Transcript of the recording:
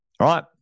right